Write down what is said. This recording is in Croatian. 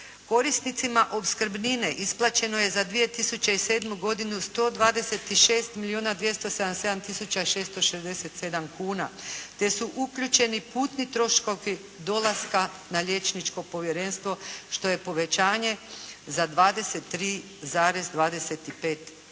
Korisnicima opskrbnine isplaćeno je za 2007. godinu 126 milijuna 277 tisuća 667 kuna te su uključeni putni troškovi dolaska na liječničko povjerenstvo što je povećanje za 23,25%. I na